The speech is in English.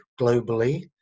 globally